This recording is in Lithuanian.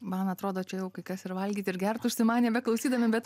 man atrodo čia jau kai kas ir valgyti ir gerti užsimanėme klausydami bet